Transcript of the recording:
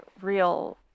real